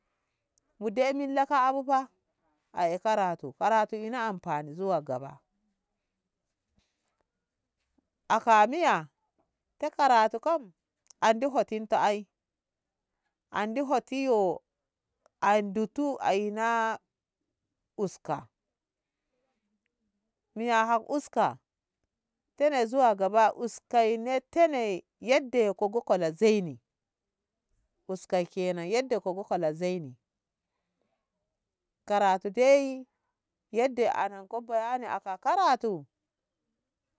mu dai milla ka bu fa ma'e karatu ina anfani zuwa gaba aka miya ta karatu kam andi hotin to ai handi hotin yo an ndutu ai na uska miya a uska tene zuwa gaba uskai ne tene yadda ko bo kola zei ni uskai ke nan yadda ko kola zei ni karatu dei yadda anan ko bayani ko karatu